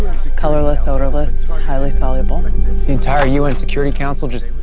colorless, odorless, highly soluble the entire u n. security council just